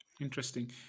Interesting